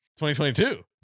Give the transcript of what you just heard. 2022